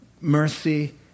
mercy